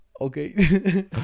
Okay